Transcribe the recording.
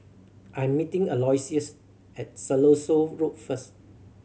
I am meeting Aloysius at Siloso Road first